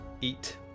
eat